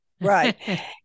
Right